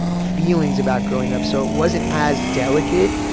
feelings about growing up. so it wasn't as delicate.